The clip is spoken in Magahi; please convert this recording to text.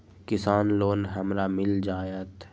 किसान लोन हमरा मिल जायत?